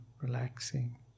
relaxing